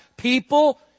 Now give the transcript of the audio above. People